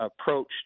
approach